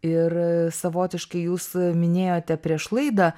ir savotiškai jūs minėjote prieš laidą